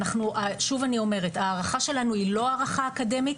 שוב אני אומרת, ההערכה שלנו היא לא הערכה אקדמית.